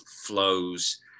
flows